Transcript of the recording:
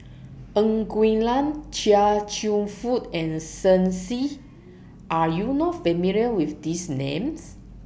Ng Quee Lam Chia Cheong Fook and Shen Xi Are YOU not familiar with These Names